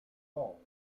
all